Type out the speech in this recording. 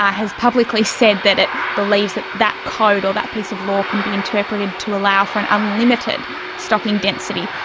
has publicly said that it believes that that code or that piece of law can be interpreted to allow for an unlimited stocking density.